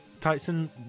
Tyson